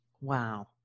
Wow